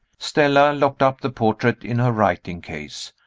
stella locked up the portrait in her writing-case.